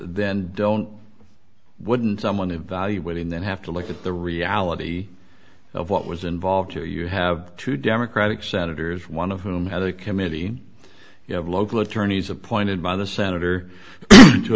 then don't wouldn't someone evaluating then have to look at the reality of what was involved here you have two democratic senators one of whom had a committee you have local attorneys appointed by the senator to